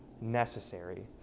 necessary